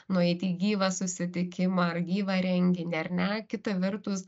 nueit į gyvą susitikimą ar gyvą renginį ar ne kita vertus